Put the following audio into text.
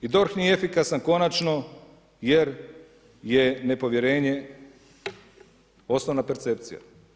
I DORH nije efikasan konačno jer je nepovjerenje osnovna percepcija.